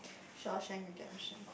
Shawshank Redemption